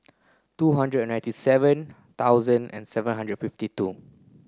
two hundred and ninety seven thousand and seven hundred fifty two